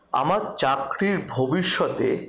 আমার চাকরির ভবিষ্যতে